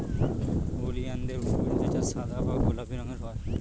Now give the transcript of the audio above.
ওলিয়ানদের ফুল যেটা সাদা বা গোলাপি রঙের হয়